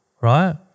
right